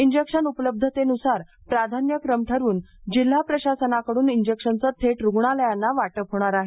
injection उपलब्धतेनुसार प्राधान्यक्रम ठरवून जिल्हा प्रशासनाकडून इंजेक्शनचे थेट रूग्णालयांना वाटप होणार आहे